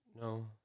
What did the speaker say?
No